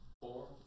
four